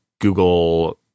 Google